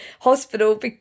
hospital